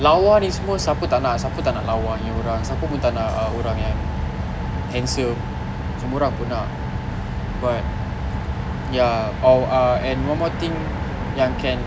lawa ni semua siapa tak nak siapa tak nak lawanya orang siapa pun tak nak orang yang handsome semua orang pun nak but ya or ah and one more thing yang can